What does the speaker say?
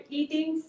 eating